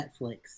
netflix